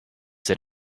sit